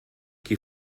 qui